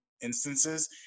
instances